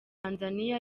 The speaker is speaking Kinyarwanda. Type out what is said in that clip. tanzania